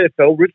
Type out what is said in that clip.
AFL